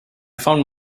found